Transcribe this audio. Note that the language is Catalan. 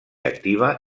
activa